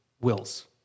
wills